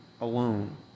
alone